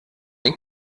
den